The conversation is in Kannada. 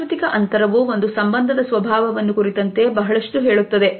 ಸಾಂಸ್ಕೃತಿಕ ಅಂತರವು ಒಂದು ಸಂಬಂಧದ ಸ್ವಭಾವವನ್ನು ಕುರಿತಂತೆ ಬಹಳಷ್ಟು ಹೇಳುತ್ತದೆ